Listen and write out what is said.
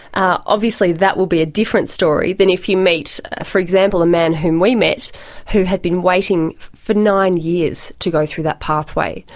ah obviously that will be a different story than if you meet, for example, a man whom we met who had been waiting for nine years to go through that pathway.